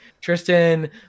Tristan